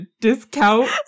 discount